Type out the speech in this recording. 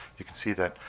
you can see that